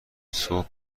صبح